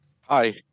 Hi